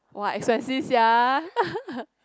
!wah! expensive sia